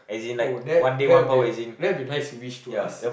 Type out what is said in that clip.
oh that that will be a that will be nice to wish to us